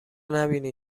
نبینی